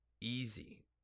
easy